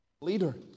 leader